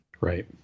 Right